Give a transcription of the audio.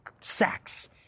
sex